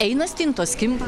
eina stintos kimba